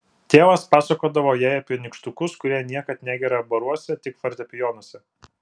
tėvas pasakodavo jai apie nykštukus kurie niekad negerią baruose tik fortepijonuose